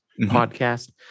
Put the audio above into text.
podcast